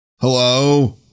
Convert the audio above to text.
Hello